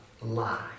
lie